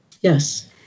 Yes